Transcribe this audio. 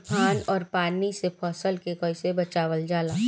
तुफान और पानी से फसल के कईसे बचावल जाला?